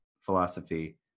philosophy